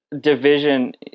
division